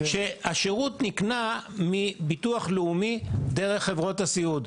כשהשירות נקנה מהביטוח הלאומי דרך חברות הסיעוד.